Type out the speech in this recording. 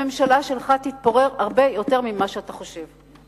הממשלה שלך תתפורר הרבה יותר ממה שאתה חושב.